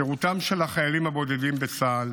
שירותם של החיילים הבודדים בצה"ל